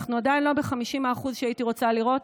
אנחנו עדיין לא ב-50% שהייתי רוצה לראות,